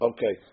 Okay